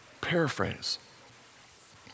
Paraphrase